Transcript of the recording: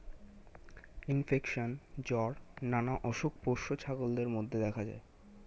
infection, জ্বর নানা অসুখ পোষ্য ছাগলদের মধ্যে দেখা যায়